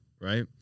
right